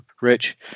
Rich